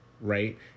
right